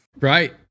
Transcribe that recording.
Right